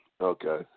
Okay